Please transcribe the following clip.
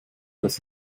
das